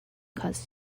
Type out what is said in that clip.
cause